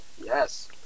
yes